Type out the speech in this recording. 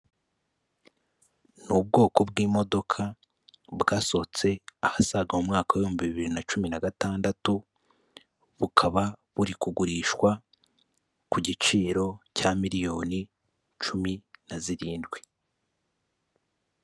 Ni ubwoko bw'imodoka bwasohotse ahasaga mu mwaka ibihumbi bibiri na cumi na gatandatu, bukaba buri kugurishwa ku giciro cya miliyoni cumi na zirindwi.